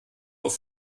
auf